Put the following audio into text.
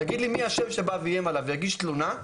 יגיד לי מי השם שבא ואיים עליו ויגיש תלונה,